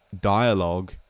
dialogue